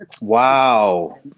Wow